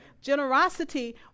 Generosity